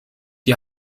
die